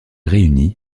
réunit